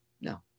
no